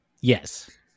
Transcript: Yes